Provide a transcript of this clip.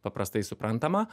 paprastai suprantama